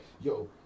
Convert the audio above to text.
Yo